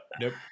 nope